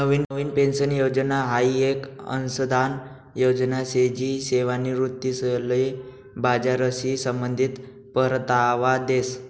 नवीन pension योजना हाई येक अंशदान योजना शे जी सेवानिवृत्तीसले बजारशी संबंधित परतावा देस